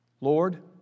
Lord